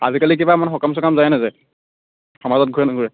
আজিকালি কিবা মানে সকাম চকামত যায় নাযায় সমাজত ঘূৰে নুঘূৰে